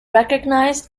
recognised